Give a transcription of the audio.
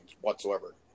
whatsoever